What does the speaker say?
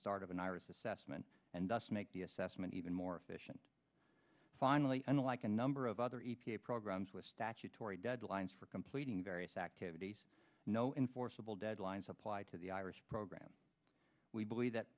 start of an iris assessment and thus make the assessment even more efficient finally unlike a number of other e p a programs with statutory deadlines for completing various activities no enforceable deadlines applied to the irish program we believe that